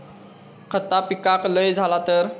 खता पिकाक लय झाला तर?